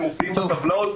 הם מופיעים בטבלאות,